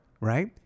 Right